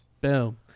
Boom